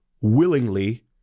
willingly